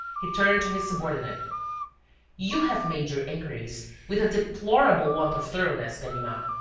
he turned to his subordinate you have made your inquiries with a deplorable want of thoroughness, ganimard,